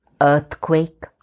earthquake